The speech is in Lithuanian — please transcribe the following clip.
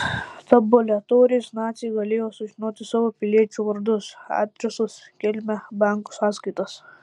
tabuliatoriais naciai galėjo sužinoti savo piliečių vardus adresus kilmę banko sąskaitas